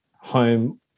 home